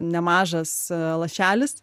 nemažas lašelis